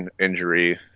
injury